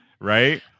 right